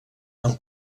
amb